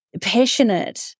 passionate